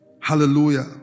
Hallelujah